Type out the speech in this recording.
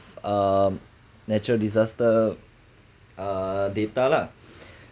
um natural disaster uh data lah